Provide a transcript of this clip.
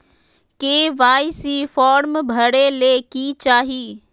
KYC form भरे ले कि चाही?